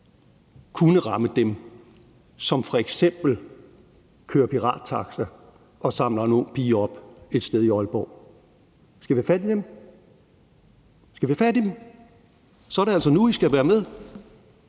kunne ramme dem, som f.eks. kører pirattaxa og samler en ung pige op et sted i Aalborg. Skal vi have fat i dem? Skal vi have fat i dem, så er det altså nu, I skal være med.